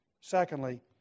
Secondly